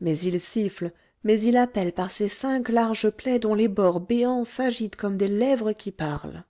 mais il siffle mais il appelle par ses cinq larges plaies dont les bords béants s'agitent comme des lèvres qui parlent